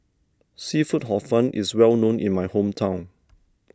Seafood Hor Fun is well known in my hometown